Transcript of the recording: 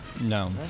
No